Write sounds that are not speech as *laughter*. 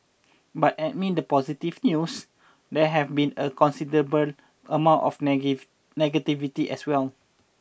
but amid the positive news there have been a considerable amount of *unintelligible* negativity as well